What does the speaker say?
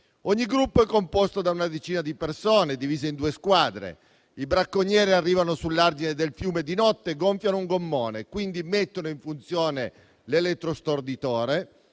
Ogni gruppo è composto da una decina di persone, divise in due squadre. I bracconieri arrivano sull'argine del fiume di notte e gonfiano un gommone; quindi mettono in funzione l'elettrostorditore,